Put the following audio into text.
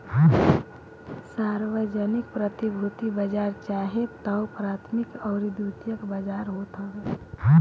सार्वजानिक प्रतिभूति बाजार चाहे तअ प्राथमिक अउरी द्वितीयक बाजार होत हवे